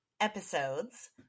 episodes